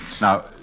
Now